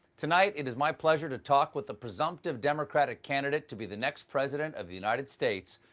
tonight, it is my pleasure to talk with the presumptive democratic candidate to be the next president of the united states.